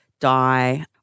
die